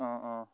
অঁ অঁ